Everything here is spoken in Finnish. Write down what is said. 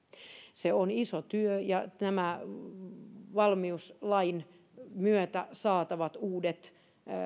se on iso työ ja nämä valmiuslain myötä saatavat uudet